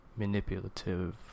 Manipulative